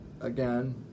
again